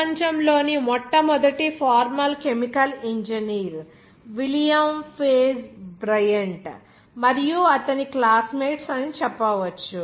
ప్రపంచం లోని మొట్టమొదటి formal chemical engineer William Page Bryant మరియు అతని క్లాస్మేట్స్ అని చెప్పవచ్చు